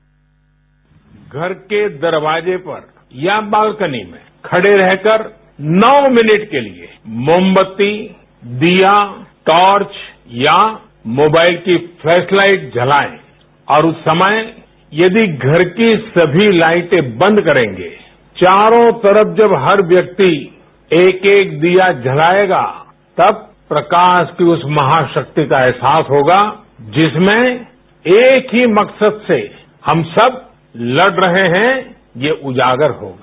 bite घर के दरवाजे पर या बालकनी में खड़े रहकर नौ मिनट के लिए मोमबत्ती दीया ट्रॉर्च या मोबाइल की फ्लैश लाइट जलाएं और उस समय यदि घर की सभी लाइटें बंद करेंगे चारों तरफ जब हर व्यक्ति एक एक दीया जलाएगा तब प्रकाश की उस महाशक्ति का अहसास होगा जिसमें एक ही मकसद से हम सब लड़ रहे हैं ये उजागर होगा